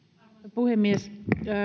puhemies